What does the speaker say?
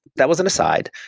that was an aside.